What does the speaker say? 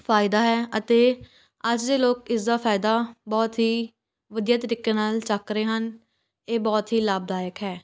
ਫਾਇਦਾ ਹੈ ਅਤੇ ਅੱਜ ਦੇ ਲੋਕ ਇਸਦਾ ਫਾਇਦਾ ਬਹੁਤ ਹੀ ਵਧੀਆ ਤਰੀਕੇ ਨਾਲ ਚੱਕ ਰਹੇ ਹਨ ਇਹ ਬਹੁਤ ਹੀ ਲਾਭਦਾਇਕ ਹੈ